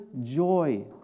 joy